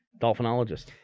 Dolphinologist